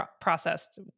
processed